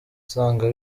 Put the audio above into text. usanga